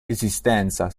esistenza